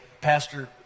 Pastor